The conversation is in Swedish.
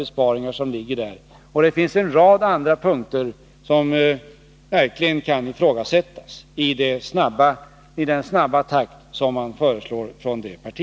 Också andra förslag till besparingar i mycket snabb takt som förts fram i den moderata motionen kan verkligen ifrågasättas.